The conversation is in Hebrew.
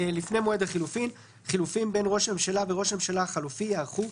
"לפני מועד החילופים בין ראש הממשלה וראש הממשלה החלופי ייערכו,